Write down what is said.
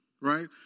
Right